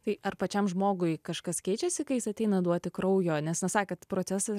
tai ar pačiam žmogui kažkas keičiasi kai jis ateina duoti kraujo nes na sakėt procesas